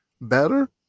better